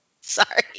Sorry